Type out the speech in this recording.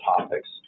topics